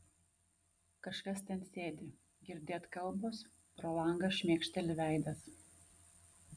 kažkas ten sėdi girdėt kalbos pro langą šmėkšteli veidas